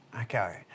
okay